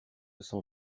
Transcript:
cent